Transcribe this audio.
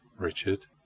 Richard